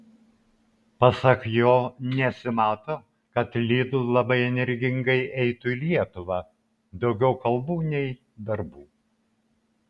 pasak jo nesimato kad lidl labai energingai eitų į lietuvą daugiau kalbų nei darbų